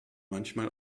manchmal